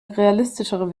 realistischere